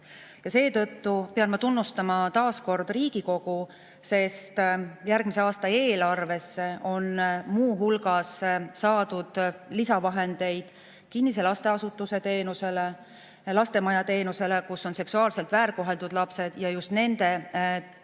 aidata. Ma pean taas tunnustama Riigikogu, sest järgmise aasta eelarvesse on muu hulgas saadud lisavahendeid kinnise lasteasutuse teenusele, lastemaja teenusele, kus on seksuaalselt väärkoheldud lapsed – just nende sündmuste